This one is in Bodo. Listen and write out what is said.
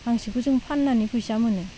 हांसोखौ जों फाननानै फैसा मोनो